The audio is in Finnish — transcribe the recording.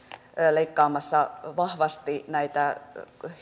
leikkaamassa vahvasti näitä